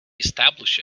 establish